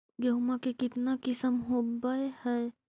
गेहूमा के कितना किसम होबै है?